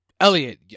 Elliot